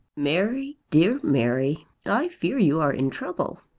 mary, dear mary, i fear you are in trouble.